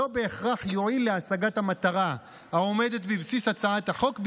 לא בהכרח יועיל להשגת המטרה העומדת בבסיס הצעת החוק,